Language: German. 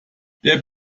der